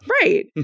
right